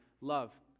love